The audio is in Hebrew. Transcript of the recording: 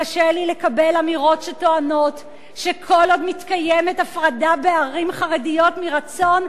קשה לי לקבל אמירות שטוענות שכל עוד מתקיימת הפרדה בערים חרדיות מרצון,